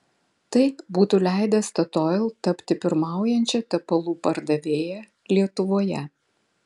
tai būtų leidę statoil tapti pirmaujančia tepalų pardavėja lietuvoje